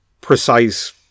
precise